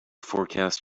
forecast